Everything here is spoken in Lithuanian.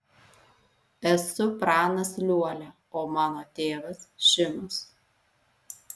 esu pranas liuolia o mano tėvas šimas